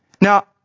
Now